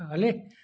हले